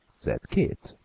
said keith.